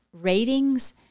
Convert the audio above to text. ratings